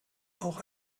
auch